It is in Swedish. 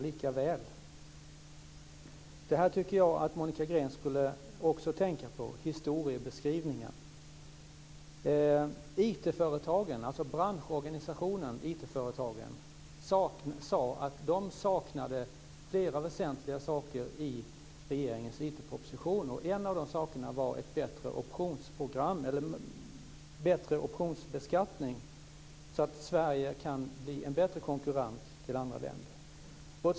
Jag tycker att Monica Green också skulle tänka på historieskrivningen. företagen - sade att man saknade flera väsentliga saker i regeringens IT-proposition. En av dessa saker var en förändrad optionsbeskattning så att Sverige kan bli en starkare konkurrent till andra länder.